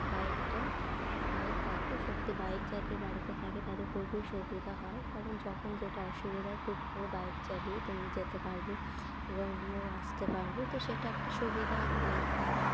বাইকটা বাইক থাকলে সত্যি বাইক যাদের বাড়িতে থাকে তাদের খুবই সুবিধা হয় কারণ যখন যেটা অসুবিধায় টুক করে বাইক চালিয়ে তুমি যেতে পারবে এবং নিয়েও আসতে পারবে তো সেটা একটা সুবিধা বাইক থাকা